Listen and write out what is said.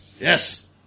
Yes